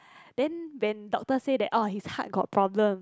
then when doctor said that oh his heart got problem